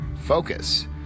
focus